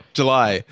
july